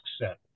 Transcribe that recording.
set